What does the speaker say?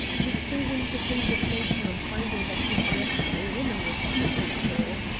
mr. winter's indignation on finding that he had arrested a woman was painful.